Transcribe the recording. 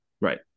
Right